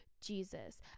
Jesus